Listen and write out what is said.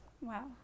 Wow